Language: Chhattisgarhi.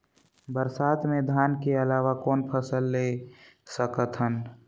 बरसात मे धान के अलावा कौन फसल ले सकत हन?